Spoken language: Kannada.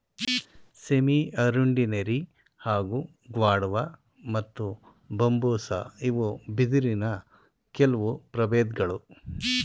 ಸೆಮಿಅರುಂಡಿನೆರಿ ಹಾಗೂ ಗ್ವಾಡುವ ಮತ್ತು ಬಂಬೂಸಾ ಇವು ಬಿದಿರಿನ ಕೆಲ್ವು ಪ್ರಬೇಧ್ಗಳು